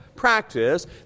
Practice